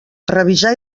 revisar